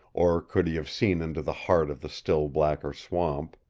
or could he have seen into the heart of the still blacker swamp.